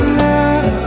love